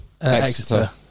Exeter